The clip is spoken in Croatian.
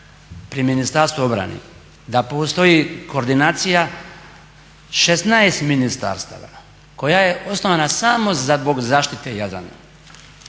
pri Ministarstvu obrane, da postoji koordinacija 16 ministarstava koja je osnovana samo zbog zaštite Jadrana.